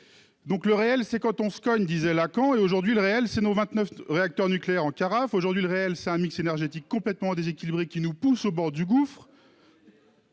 !« Le réel, c'est quand on se cogne », disait Lacan. Aujourd'hui, le réel, ce sont nos 29 réacteurs nucléaires en carafe et un mix énergétique complètement déséquilibré qui nous pousse au bord du gouffre.